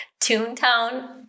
toontown